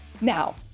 Now